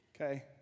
Okay